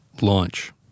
Launch